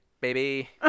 baby